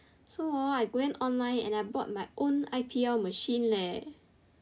so hor I go online and I bought my own I_P_L machine leh